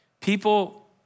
people